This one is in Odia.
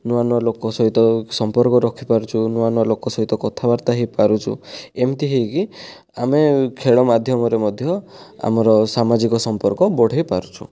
ନୂଆ ନୂଆ ଲୋକ ସହିତ ସମ୍ପର୍କ ରଖିପାରୁଛୁ ନୂଆ ନୂଆ ଲୋକ ସହିତ କଥାବାର୍ତ୍ତା ହୋଇପାରୁଛୁ ଏମତି ହୋଇକି ଆମେ ଖେଳ ମାଧ୍ୟମରେ ମଧ୍ୟ ଆମର ସାମାଜିକ ସମ୍ପର୍କ ବଢ଼େଇ ପାରୁଛୁ